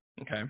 Okay